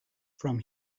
from